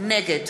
נגד